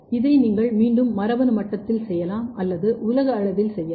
இதை நீங்கள் மீண்டும் மரபணு மட்டத்தில் செய்யலாம் அல்லது உலக அளவில் செய்யலாம்